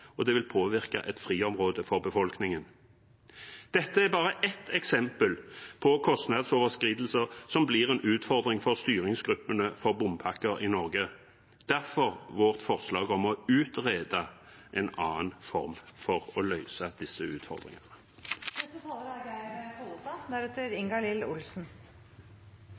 og det vil påvirke et friområde for befolkningen. Dette er bare ett eksempel på kostnadsoverskridelser som blir en utfordring for styringsgruppene for bompakker i Norge – derfor vårt forslag om å utrede en annen form for løsning av disse